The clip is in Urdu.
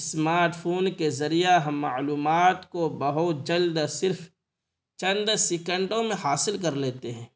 اسمارٹ فون کے ذریعہ ہم معلومات کو بہت جلد اور صرف چند سیکنڈوں میں حاصل کر لیتے ہیں